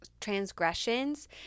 transgressions